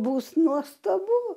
bus nuostabu